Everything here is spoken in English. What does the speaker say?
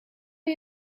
are